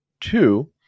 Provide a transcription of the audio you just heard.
Two